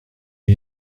est